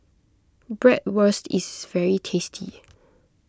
Bratwurst is very tasty